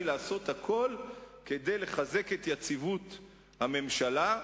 לעשות הכול כדי לחזק את יציבות הממשלה,